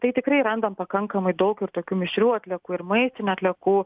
tai tikrai randam pakankamai daug ir tokių mišrių atliekų ir maistinių atliekų